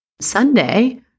Sunday